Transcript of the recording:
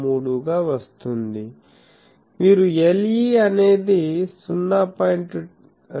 63 గా వస్తుంది మీరు Le అనేది 0